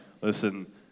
listen